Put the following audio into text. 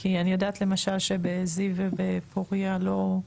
כי אני יודעת למשל שבזיו ובפורייה לא.